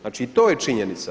Znači to je činjenica.